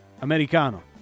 americano